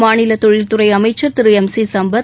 மாநில தொழில்துறை அமைச்சர் திரு எம் சி சம்பத்